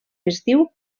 festiu